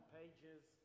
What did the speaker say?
pages